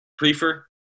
Prefer